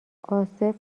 عاصف